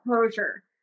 closure